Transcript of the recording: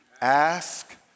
ask